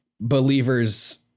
believers